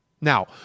Now